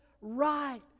right